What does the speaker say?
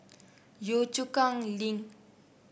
Yio Chu Kang Link